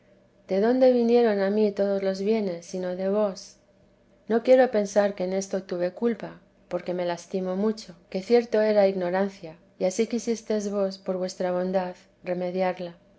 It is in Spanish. de dónde vinieron a m todos los bienes sino de vos no quiero pensar que en esto tuve culpa porque me lastimo mucho que cierto era ignorancia y ansí quisistes vos por vuestra bondad remediarla